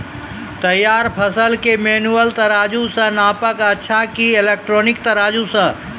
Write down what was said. तैयार फसल के मेनुअल तराजु से नापना अच्छा कि इलेक्ट्रॉनिक तराजु से?